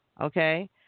Okay